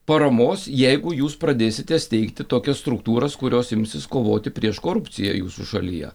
paramos jeigu jūs pradėsite steigti tokias struktūras kurios imsis kovoti prieš korupciją jūsų šalyje